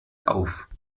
auf